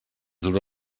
dura